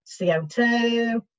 CO2